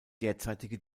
derzeitige